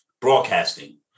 broadcasting